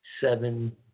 seven